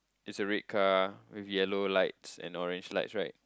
it's red car with yellow lights and orange lights right